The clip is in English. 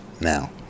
now